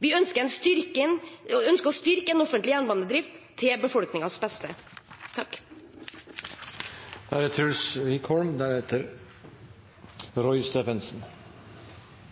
Vi ønsker å styrke offentlig jernbanedrift, til befolkningens beste.